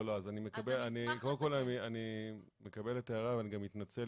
אני מקבל את ההערה ואני גם מתנצל,